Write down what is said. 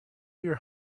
your